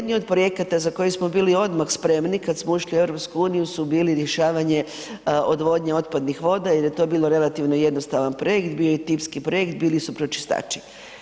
Jedni od projekata za koje smo bili odmah spremni kada smo ušli u Europsku uniju su bili rješavanje odvodnje otpadnih voda jer je to bilo relativno jednostavan projekt, bio je tipski projekt, bili su pročistači.